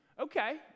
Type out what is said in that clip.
Okay